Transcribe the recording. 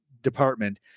department